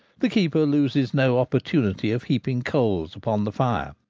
the keeper loses no opportunity of heaping coals upon the fire.